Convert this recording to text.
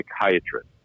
psychiatrist